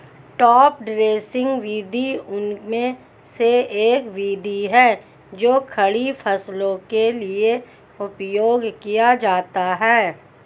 top dressing विधि उनमें से एक विधि है जो खड़ी फसलों के लिए उपयोग किया जाता है